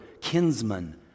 kinsman